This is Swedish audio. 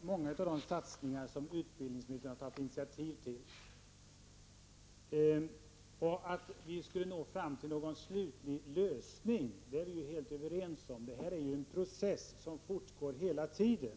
Många av de satsningar som utbildningsministern har tagit initiativ till är bra. När det gäller strävan att nå fram till en slutlig lösning är vi helt överens om att detta är en process som fortgår hela tiden.